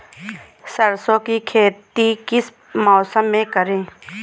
सरसों की खेती किस मौसम में करें?